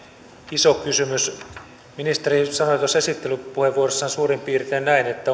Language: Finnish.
iso kysymys ministeri sanoi tuossa esittelypuheenvuorossaan suurin piirtein näin että